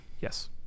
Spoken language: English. yes